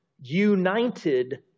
united